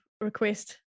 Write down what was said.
request